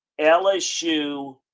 LSU